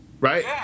right